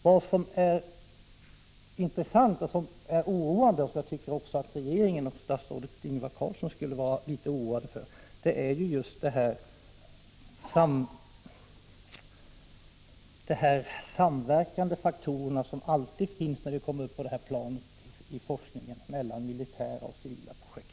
Vad som är intressant och oroande och som jag tycker att även regeringen och statsrådet Ingvar Carlsson skulle vara litet oroade för är de samverkande faktorer som alltid finns när man kommer upp på det här planet i forskningen, mellan militära och civila projekt.